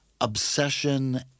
obsession